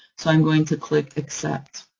so i'm going to click accept.